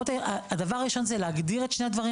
החולים.